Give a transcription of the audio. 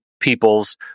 peoples